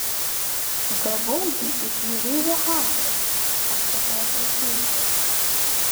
gavau jį iš jūreivio havre pasakojo prekeivis